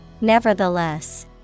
Nevertheless